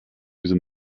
diese